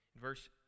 verse